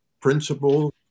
principles